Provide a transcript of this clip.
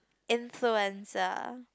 influenza